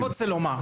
אני רק רוצה לומר,